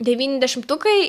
devyni dešimtukai